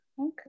Okay